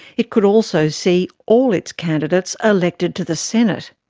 it could also see all its candidates elected to the senate.